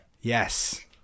Yes